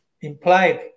implied